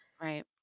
Right